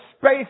Space